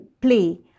play